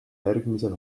järgmisel